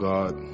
God